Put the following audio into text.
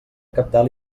cabdal